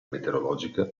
meteorologica